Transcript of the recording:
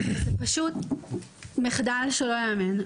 זה פשוט מחדל שלא ייאמן.